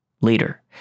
later